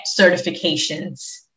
certifications